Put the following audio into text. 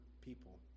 people